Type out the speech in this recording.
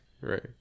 right